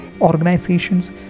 organizations